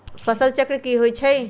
फसल चक्र की होइ छई?